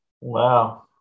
Wow